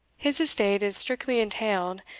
his estate is strictly entailed,